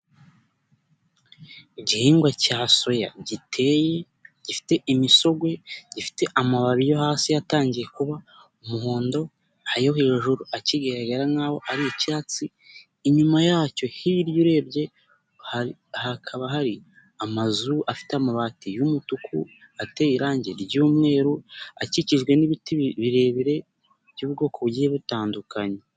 Igihingwa cya soya giteye gifite imisogwe gifite amababi yo hasi yatangiye kuba umuhondo, ayo hejuru akigaragara nk'aho ari icyatsi, inyuma yacyo hirya urebye hakaba hari amazu afite amabati y'umutuku ateye irangi ry'umweru, akikijwe n'ibiti birebire by'ubwoko bugiye butandukanye.